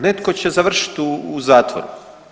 Netko će završiti u zatvoru.